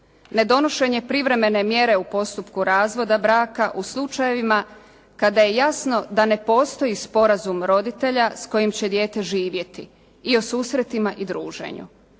nedonošenje privremene mjere u postupku razvoda braka u slučajevima kada je jasno da ne postoji sporazum roditelja s kojim će dijete živjeti i o susretima i druženju.